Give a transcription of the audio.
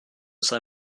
sei